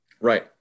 Right